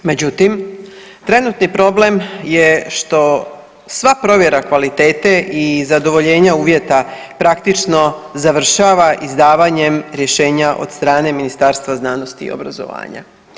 Međutim, trenutni problem je što sva provjera kvalitete i zadovoljenja uvjeta praktično završava izdavanjem rješenja od strane Ministarstva znanosti i obrazovanja.